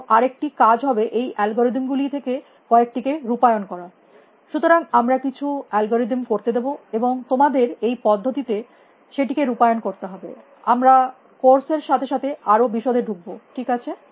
এবং আরেকটি কাজ হবে এই অ্যালগরিদম গুলি থেকে কয়েকটিকে রুপায়ণ করা সুতরাং আমরা কিছু অ্যালগরিদম করতে দেব এবং তোমাদের এই পদ্ধতিতে সেটিকে রুপায়ণ করতে হবে আমরা কোর্স এর সাথে সাথে আরো বিশদে ঢুকব ঠিক আছে